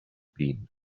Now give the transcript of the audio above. been